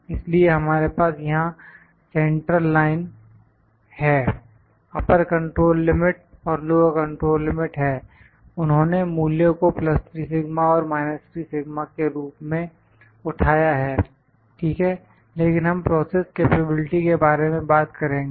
इसलिए हमारे पास यहां सेंट्रल लाइन है अपर कंट्रोल लिमिट और लोअर कंट्रोल लिमिट है उन्होंने मूल्यों को 3σ और 3 के रूप में उठाया है ठीक है लेकिन हम प्रोसेस कैपेबिलिटी के बारे में बात करेंगे